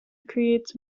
creates